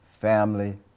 family